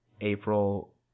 april